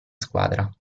squadra